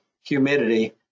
humidity